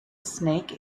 snake